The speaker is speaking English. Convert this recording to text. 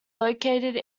located